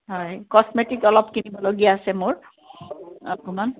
হয় কস্মেটিক অলপ কিনিবলগীয়া আছে মোৰ অকণমান